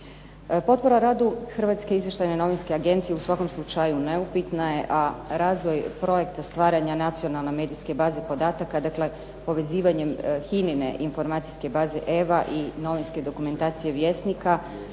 Potpora radu Hrvatske izvještajne novinske agencije u svakom slučaju neupitna je, a razvoj projekta stvaranja nacionalne medijske baze podataka, dakle povezivanjem HINA-ne informacijske baze "Eva" i novinske dokumentacije "Vjesnika",